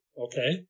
okay